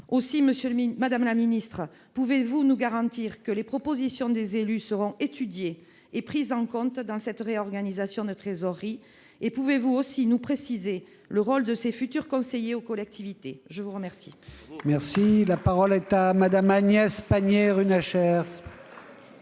Aussi, madame la secrétaire d'État, pouvez-vous nous garantir que les propositions des élus seront étudiées et prises en compte dans cette réorganisation des trésoreries ? Pouvez-vous aussi nous préciser le rôle de ces futurs conseillers aux collectivités ? La parole